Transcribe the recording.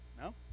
No